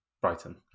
Brighton